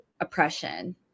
oppression